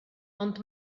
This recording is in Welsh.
ond